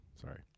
Sorry